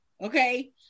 Okay